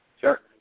Sure